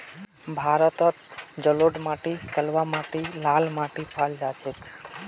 भारतत जलोढ़ माटी कलवा माटी लाल माटी पाल जा छेक